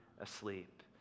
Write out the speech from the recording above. asleep